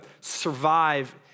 survive